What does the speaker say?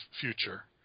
future